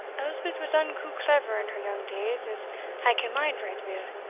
elspeth was unco clever in her young days, as i can mind right weel,